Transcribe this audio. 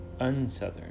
unsouthern